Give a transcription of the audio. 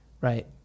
Right